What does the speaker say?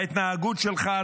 ההתנהגות שלך,